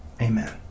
Amen